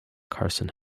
carson